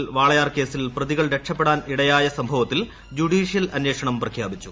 കേരളത്തിൽ വാളയാർ കേസിൽ പ്രതികൾ രക്ഷപ്പെടാൻ ഇടയായ സംഭവത്തിൽ ജൂഡീഷ്യൽ അന്വേഷണം പ്രഖ്യാപിച്ചു